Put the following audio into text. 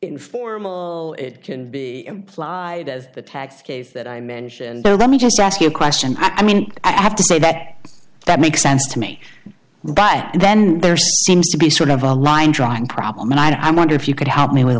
informal it can be implied as the tax case that i mentioned the let me just ask you a question i mean i have to say that that makes sense to me but then there seems to be sort of a line drawn problem and i wonder if you could help me with a